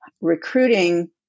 recruiting